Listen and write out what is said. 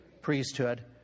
priesthood